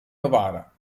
novara